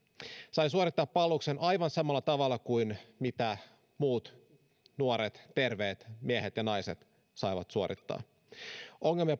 sain suorittaa palveluksen aivan samalla tavalla kuin muut nuoret terveet miehet ja naiset saivat suorittaa ongelmia